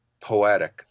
poetic